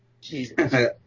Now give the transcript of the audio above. Jesus